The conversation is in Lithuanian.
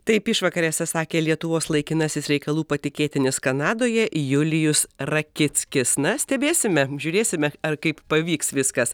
taip išvakarėse sakė lietuvos laikinasis reikalų patikėtinis kanadoje julijus rakickis na stebėsime žiūrėsime ar kaip pavyks viskas